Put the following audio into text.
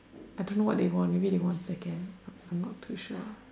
I don't know what they won maybe they won second I am not too sure